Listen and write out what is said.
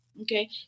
Okay